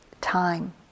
time